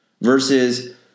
versus